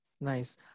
Nice